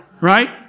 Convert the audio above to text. right